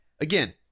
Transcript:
again